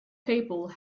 people